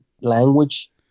language